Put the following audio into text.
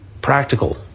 practical